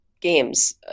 games